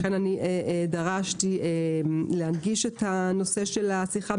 לכן דרשתי להנגיש את נושא השיחה.